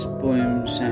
poems